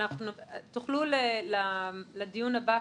תוכלו לדיון הבא.